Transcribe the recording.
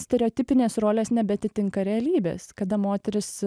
stereotipinės rolės nebeatitinka realybės kada moteris